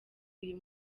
uyu